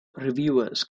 reviewers